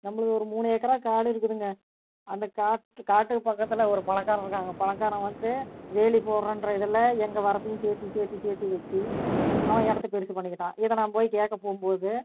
நம்மளுக்கு ஒரு மூணு ஏக்கர் காடு இருக்குதுங்க அந்த காட் காட்டுக்கு பக்கத்தில் ஒரு பணக்காரங்க இருக்காங்க அந்த பணக்காரங்க வந்து வேலி போடுகிறன்ற இதில் எங்கள் வரப்பையும் சேத்து சேத்து சேத்து வெட்டி அவன் இடத்த பெரிசு பண்ணிக்கிட்டான் இதை நான் போய் கேட்க போகும் போது